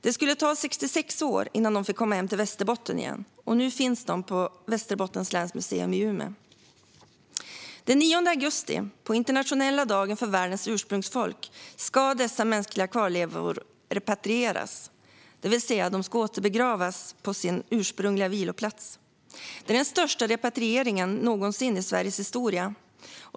Det skulle ta 66 år innan de fick komma hem till Västerbotten igen, och nu finns de på Västerbottens museum i Umeå. Den 9 augusti, på internationella dagen för världens ursprungsfolk, ska dessa mänskliga kvarlevor repatrieras, det vill säga åter begravas på sin ursprungliga viloplats. Det är den största repatrieringen någonsin i Sveriges historia.